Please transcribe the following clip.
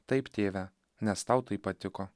taip tėve nes tau tai patiko